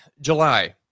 July